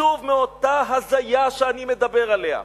שוב, מאותה הזיה שאני מדבר עליה.